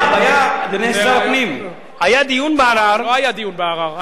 אדוני שר הפנים, היה דיון בערר, לא היה דיון בערר.